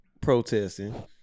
protesting